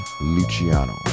luciano